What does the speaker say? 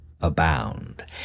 abound